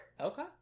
Okay